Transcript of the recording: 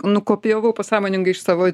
nukopijavau pasąmoningai iš savo